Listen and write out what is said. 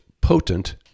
potent